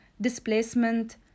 displacement